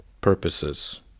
Purposes